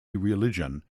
religion